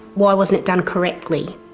why wasn't it done correctly?